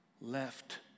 left